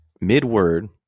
mid-word